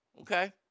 Okay